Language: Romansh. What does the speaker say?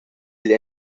igl